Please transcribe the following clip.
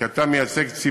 אלא כי אתה מייצג ציבור